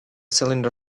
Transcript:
cylinder